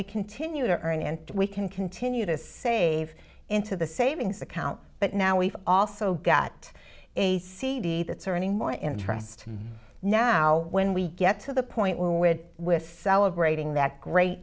we continue to earn and we can continue to save into the savings account but now we've also got a cd that surrounding my interest now when we get to the point where we're with celebrating that great